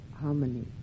harmony